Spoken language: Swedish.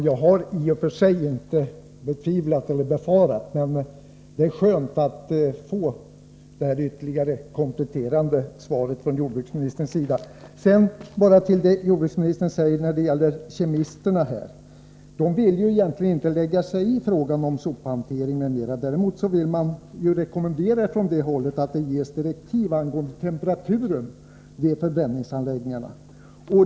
Herr talman! I och för sig hyser jag inte några tvivel eller farhågor i detta avseende. Jag är emellertid tacksam för det kompletterande svaret från jordbruksministern. Sedan något om det som jordbruksministern säger beträffande kemisterna. De vill egentligen inte lägga sig i frågan om sophantering m.m. Däremot rekommenderar man från det hållet nya direktiv angående temperaturen vid förbränningsanläggningarna.